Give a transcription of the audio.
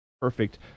perfect